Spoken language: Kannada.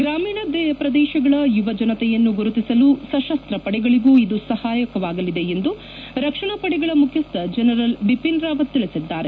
ಗ್ರಾಮೀಣ ಪ್ರದೇಶಗಳ ಯುವ ಜನತೆಯನ್ನು ಗುರುತಿಸಲು ಸಶಸ್ತ ಪಡೆಗಳಗೂ ಇದು ಸಹಾಯಕವಾಗಲಿದೆ ಎಂದು ರಕ್ಷಣ ಪಡೆಗಳ ಮುಖ್ಯಸ್ಥ ಜನರಲ್ ಬಿಪಿನ್ ರಾವತ್ ಹೇಳಿದ್ದಾರೆ